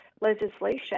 legislation